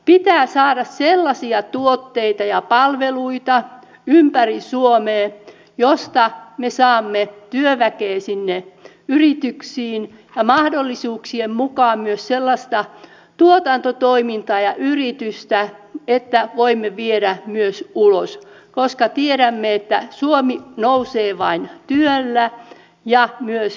pitää saada sellaisia tuotteita ja palveluita ympäri suomea joista me saamme työväkeä sinne yrityksiin ja mahdollisuuksien mukaan myös sellaista tuotantotoimintaa ja yritystä että voimme viedä myös ulos koska tiedämme että suomi nousee vain työllä ja myös viennillä